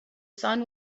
sun